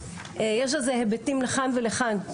יש על זה היבטים לכאן ולכאן,